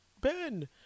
Ben